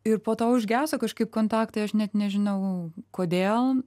ir po to užgeso kažkaip kontaktai aš net nežinau kodėl